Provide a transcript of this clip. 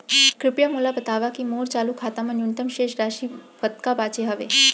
कृपया मोला बतावव की मोर चालू खाता मा न्यूनतम शेष राशि कतका बाचे हवे